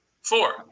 Four